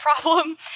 problem